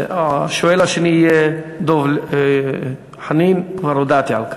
והשואל השני יהיה דב חנין, וכבר הודעתי על כך.